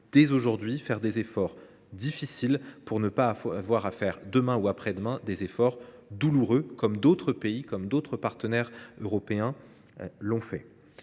dès aujourd’hui faire des efforts difficiles pour ne pas avoir à faire demain ou après demain des efforts douloureux, comme ce fut le cas chez d’autres partenaires européens. Laurent Saint